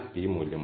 148 മുതൽ 11